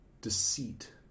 Deceit